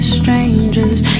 strangers